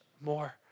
more